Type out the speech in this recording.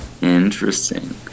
Interesting